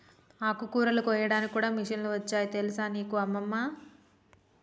ఆకుకూరలు కోయడానికి కూడా మిషన్లు వచ్చాయి తెలుసా నీకు అమ్మమ్మ